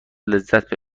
لذت